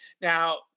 now